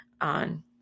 on